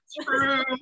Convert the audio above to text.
true